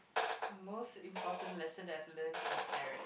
most important lesson that I've learn from my parent